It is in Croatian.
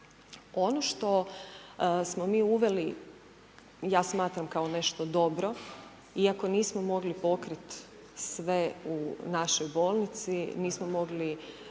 Ono što smo mi uveli, ja smatram kao nešto dobro, iako nismo mogli pokrit sve u našoj bolnici, nismo mogli